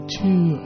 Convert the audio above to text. two